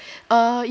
err it was